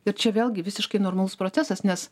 ir čia vėlgi visiškai normalus procesas nes